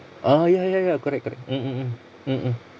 oh ya ya ya correct correct mm mm mm mmhmm